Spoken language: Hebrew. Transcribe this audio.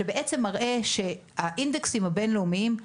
שבעצם מראה שהאינדקסים הבין לאומיים,